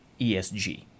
ESG